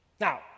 Now